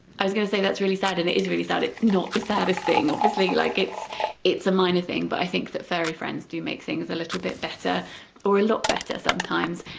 i was going to say that's really sad and it is really sad it's not the saddest thing obviously like it's it's a minor thing but i think that furry friends do make things a little bit better or a lot better sometimes,